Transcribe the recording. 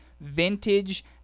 vintage